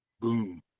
Boom